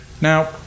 Now